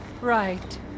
Right